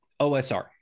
OSR